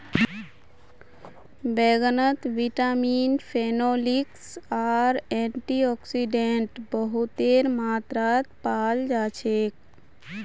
बैंगनत vitamin, phenolics आर antioxidant बहुतेर मात्रात पाल जा छेक